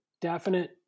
definite